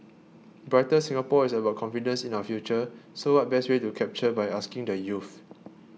brighter Singapore is about confidence in our future so what best way to capture by asking the youth